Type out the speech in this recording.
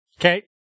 Okay